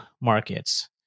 markets